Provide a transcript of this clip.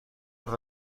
los